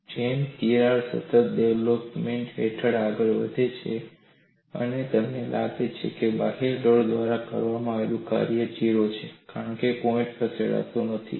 જેમ જેમ તિરાડ સતત ડિસ્પ્લેસમેન્ટ હેઠળ આગળ વધે છે અને તમને લાગે છે કે બાહ્ય લોડ દ્વારા કરવામાં આવેલું કામ 0 છે કારણ કે પોઈન્ટ ખસેડતા નથી